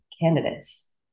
candidates